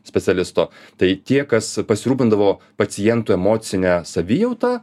specialisto tai tie kas pasirūpindavo paciento emocine savijauta